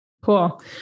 Cool